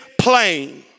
plain